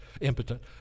impotent